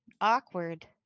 awkward